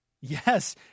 Yes